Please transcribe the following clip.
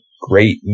great